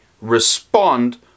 respond